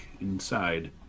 inside